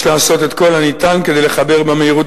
יש לעשות את כל הניתן כדי לחבר במהירות